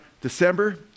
December